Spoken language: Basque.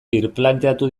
birplanteatu